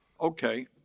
Okay